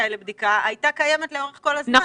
זכאי לבדיקה הייתה קיימת לאורך כל הזמן.